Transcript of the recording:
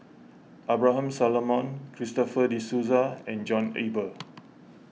Abraham Solomon Christopher De Souza and John Eber